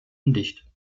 undicht